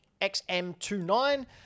XM29